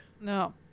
no